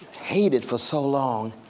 hated for so long,